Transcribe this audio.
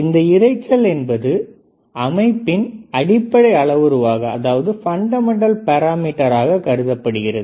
இந்த இரைச்சல் என்பது அமைப்பின் அடிப்படை அளவுருவாக கருதப்படுகிறது